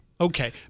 Okay